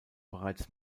bereits